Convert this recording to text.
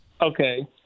Okay